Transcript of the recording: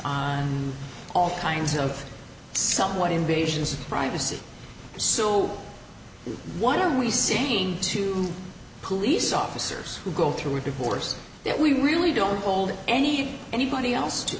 on all kinds of somewhat invasions of privacy so what are we seeing to police officers who go through a divorce that we really don't hold anything anybody else to